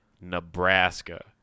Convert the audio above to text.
nebraska